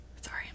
Sorry